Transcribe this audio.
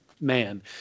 man